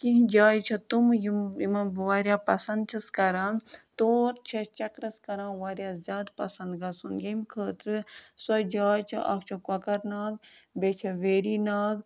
کیٚنٛہہ جایہِ چھےٚ تِم یِم یِمَن بہٕ واریاہ پَسنٛد چھَس کَران تور چھِ أسۍ چَکرَس کَران واریاہ زیادٕ پَسنٛد گژھُن ییٚمہِ خٲطرٕ سۄ جاے چھِ اَکھ چھےٚ کۄکَر ناگ بیٚیہِ چھےٚ ویری ناگ